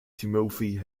timothy